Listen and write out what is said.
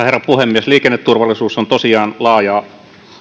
herra puhemies liikenneturvallisuus on tosiaan laaja